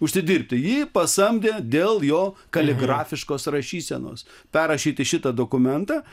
užsidirbti jį pasamdė dėl jo kaligrafiškos rašysenos perrašyti šitą dokumentą